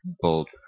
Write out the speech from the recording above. bold